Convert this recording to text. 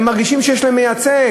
והתושבים מרגישים שיש להם מייצג,